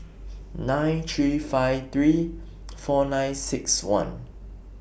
nine three five three four nine six one